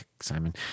Simon